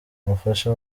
umufasha